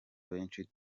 benshi